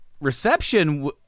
reception